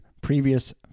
previous